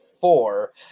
four